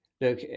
look